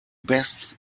best